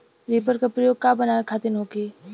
Reaper का प्रयोग का बनावे खातिन होखि?